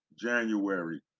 January